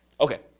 Okay